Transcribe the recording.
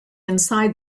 inside